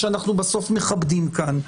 שאנחנו בסוף מכבדים כאן,